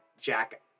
Jack